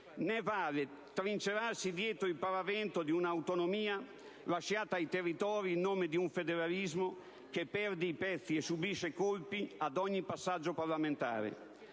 Né vale trincerarsi dietro il paravento di un'autonomia lasciata ai territori, in nome di un federalismo che perde i pezzi e subisce colpi ad ogni passaggio parlamentare,